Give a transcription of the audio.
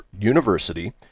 University